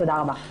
תודה רבה.